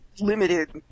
limited